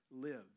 lives